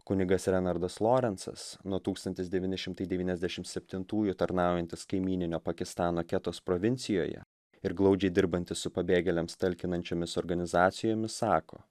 kunigas renardas lorencas nuo tūkstantis devyni šimtai devyniasdešimt septintųjų tarnaujantis kaimyninio pakistano ketos provincijoje ir glaudžiai dirbantis su pabėgėliams talkinančiomis organizacijomis sako